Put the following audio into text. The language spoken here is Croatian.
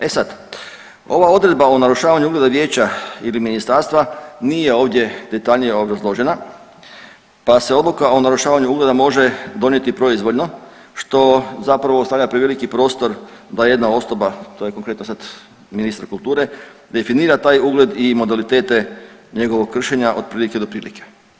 E sad, ova odredba o narušavanju ugledu vijeća ili ministarstva nije ovdje detaljnije obrazložena pa se odluka o narušavanju ugleda može donijeti proizvoljno, što zapravo ostavlja preveliki prostor, bar jedna osoba, to je konkretno sad ministar kulture, definira taj ugled i modalitete njegovog kršenja od prilike do prilike.